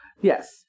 Yes